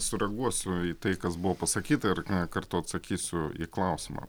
sureaguosiu į tai kas buvo pasakyta ir kartu atsakysiu į klausimą